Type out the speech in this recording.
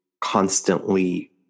constantly